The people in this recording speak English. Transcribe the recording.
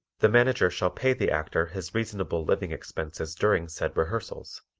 the manager shall pay the actor his reasonable living expenses during said rehearsals,